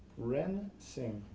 ren sim.